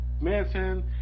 Manson